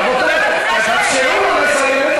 --- רבותי, תאפשרו לו לסיים את